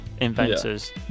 Inventors